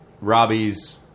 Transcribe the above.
robbie's